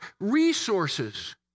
resources